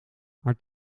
haar